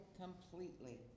completely